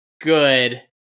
good